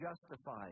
justified